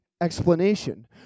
explanation